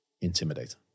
intimidate